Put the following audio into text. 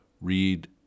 read